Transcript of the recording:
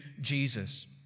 Jesus